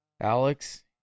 Alex